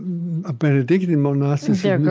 ah benedictine monasticism,